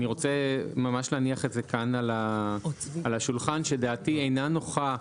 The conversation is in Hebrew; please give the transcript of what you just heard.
אני רוצה ממש להניח את זה כאן על השולחן שדעתי אינה נוחה,